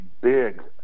big